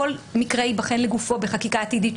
כל מקרה ייבחן לגופו בחקיקה עתידית.